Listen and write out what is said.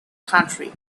county